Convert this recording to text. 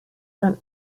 from